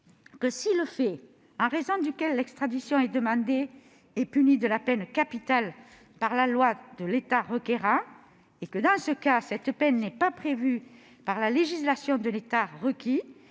:« Si le fait en raison duquel l'extradition est demandée est puni de la peine capitale par la loi de l'État requérant et que, dans ce cas, cette peine n'est pas prévue par la législation de l'État requis